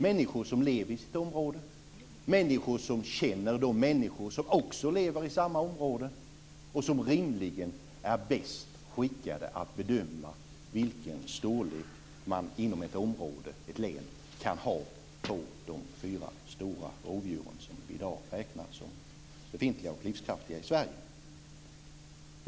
Människor som lever i sitt område och som känner de människor som lever i samma område är rimligen bäst skickade att bedöma vilken storlek man inom ett område, ett län, kan ha på de fyra stora rovdjuren som vi i dag räknar som befintliga och livskraftiga i Sverige.